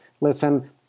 listen